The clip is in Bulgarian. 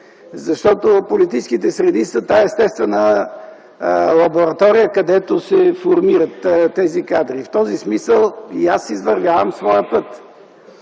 защото политическите среди са тази естествена лаборатория, където се формират тези кадри. В този смисъл и аз извървявам своя път.